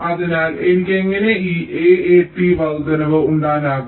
അതിനാൽ എനിക്ക് എങ്ങനെ ഈ AAT വർദ്ധനവ് ഉണ്ടാക്കാനാകും